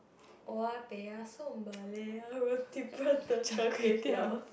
oya-beh-ya-som roti prata Char-Kway-Teow